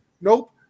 Nope